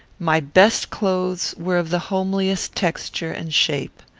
my best clothes were of the homeliest texture and shape.